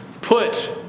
put